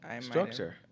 Structure